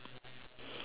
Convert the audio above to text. oh man